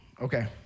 Okay